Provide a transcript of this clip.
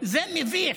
זה מביך.